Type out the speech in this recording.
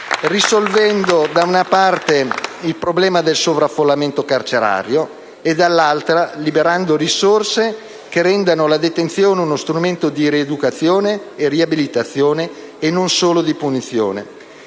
risolvendo da una parte il problema del sovraffollamento carcerario e, dall'altra, liberando risorse che rendano la detenzione uno strumento di rieducazione e riabilitazione e non solo di punizione.